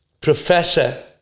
professor